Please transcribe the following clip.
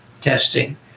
testing